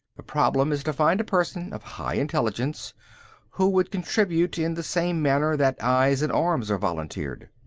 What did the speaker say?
the problem is to find a person of high intelligence who would contribute, in the same manner that eyes and arms are volunteered.